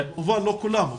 כמובן לא כולם,